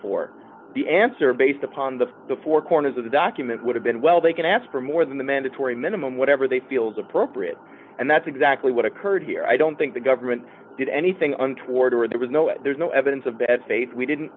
for the answer based upon the four corners of the document would have been well they can ask for more than the mandatory minimum whatever they feel is appropriate and that's exactly what occurred here i don't think the government did anything untoward or there was no there's no evidence of bad faith we didn't